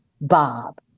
Bob